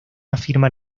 afirma